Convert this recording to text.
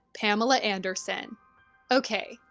pamela anderson okay,